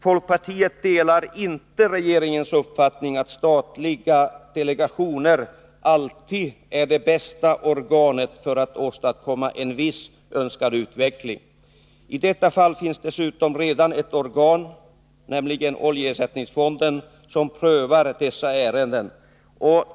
Folkpartiet delar inte regeringens uppfattning att en statlig delegation alltid är det bästa organet för att åstadkomma en viss önskad utveckling. I detta fall finns dessutom redan ett organ, nämligen oljeersättningsfonden, som prövar dessa ärenden.